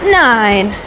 nine